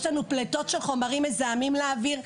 יש לנו פלטות של חומרים מזהים לאוויר.